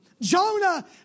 Jonah